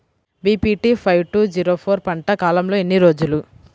BPT five two zero four పంట కాలంలో ఎన్ని రోజులు?